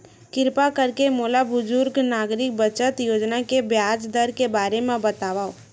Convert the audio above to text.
किरपा करके मोला बुजुर्ग नागरिक बचत योजना के ब्याज दर के बारे मा बतावव